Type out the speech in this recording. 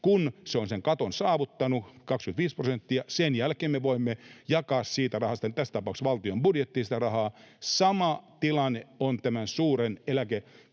Kun se on sen katon saavuttanut — 25 prosenttia — sen jälkeen me voimme jakaa siitä rahasta, eli tässä tapauksessa valtion budjettiin sitä rahaa. Sama tilanne on tämän suuren eläkekertymän